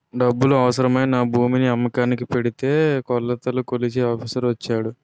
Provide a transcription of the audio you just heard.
డబ్బులు అవసరమై నా భూమిని అమ్మకానికి ఎడితే కొలతలు కొలిచే ఆఫీసర్ వచ్చాడు